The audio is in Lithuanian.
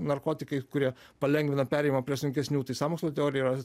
narkotikai kurie palengvina perėjimą prie sunkesnių tai sąmokslo teorija yra